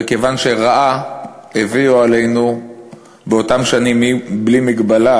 וכיוון שרעה הביאו עלינו באותן שנים בלי מגבלה,